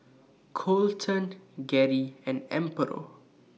Coleton Gerri and Amparo